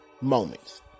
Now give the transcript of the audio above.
moments